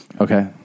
Okay